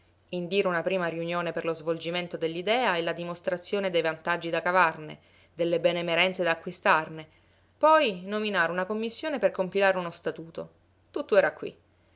indire una prima riunione per lo svolgimento dell'idea e la dimostrazione dei vantaggi da cavarne delle benemerenze da acquistarne poi nominare una commissione per compilare uno statuto tutto era qui